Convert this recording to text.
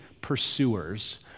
pursuers